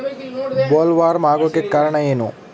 Bollworm ಆಗೋಕೆ ಕಾರಣ ಏನು?